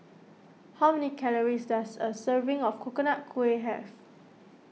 how many calories does a serving of Coconut Kuih have